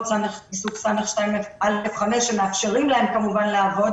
עיסוק --- שמאפשרים להם לעבוד,